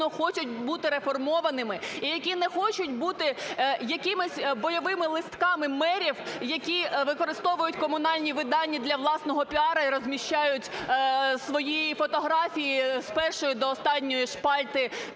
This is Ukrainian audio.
хочуть бути реформованими і які не хочуть бути якимись бойовими листками мерів, які використовують комунальні видання для власного піару і розміщають свої фотографії з першої до останньої шпальти